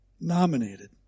nominated